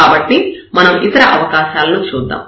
కాబట్టి మనం ఇతర అవకాశాలను చూద్దాం